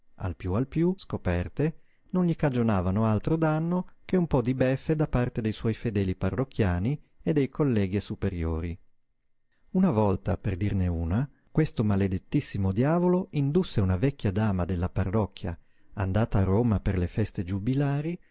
al piú al piú scoperte non gli cagionavano altro danno che un po di beffe da parte dei suoi fedeli parrocchiani e dei colleghi e superiori una volta per dirne una questo maledettissimo diavolo indusse una vecchia dama della parrocchia andata a roma per le feste giubilari